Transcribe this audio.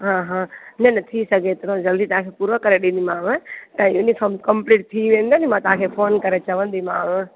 हा हा न न थी सघे थो जल्दी तव्हांखे पूरो करे ॾींदीमांव ऐं युनिफ़ॉम कंप्लीट थी वेंदो नी मां तव्हांखे फ़ोन करे चवंदीमांव